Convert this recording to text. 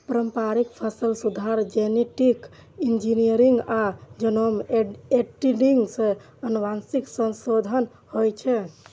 पारंपरिक फसल सुधार, जेनेटिक इंजीनियरिंग आ जीनोम एडिटिंग सं आनुवंशिक संशोधन होइ छै